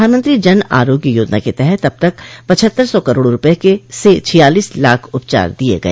प्रधानमंत्री जन आरोग्य योजना के तहत अब तक पचहत्तर सौ करोड़ रूपये से छियालीस लाख उपचार दिए गए